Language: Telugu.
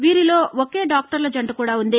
వీరిలో ఓకే డాక్టర్ల జంట కూడా ఉంది